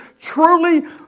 truly